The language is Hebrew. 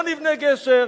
לא נבנה גשר,